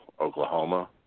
Oklahoma